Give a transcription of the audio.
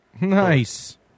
Nice